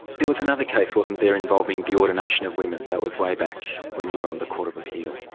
there was another case, wasn't there, involving the ordination of women, that was way back, when you were on the court of appeal.